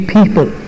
people